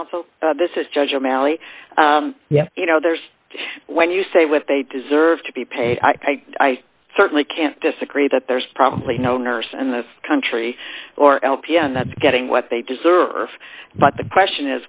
counsel this is judge malley yeah you know there's when you say what they deserve to be paid i certainly can't disagree that there's probably no nurse in this country or lpn that's getting what they deserve but the question